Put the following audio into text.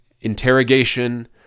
interrogation